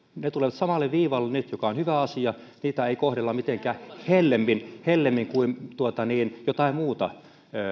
ne tulevat nyt samalle viivalle mikä on hyvä asia niitä ei kohdella mitenkään hellemmin hellemmin kuin jotain muuta